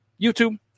YouTube